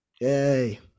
Yay